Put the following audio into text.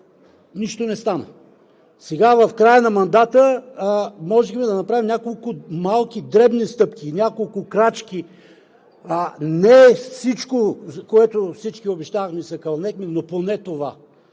нищо не стана. Сега, в края на мандата, можем да направим няколко малки, дребни стъпки, няколко крачки. Не е всичко, за което всички обещавахме и се кълняхме, но поне това.